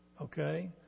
okay